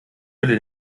fülle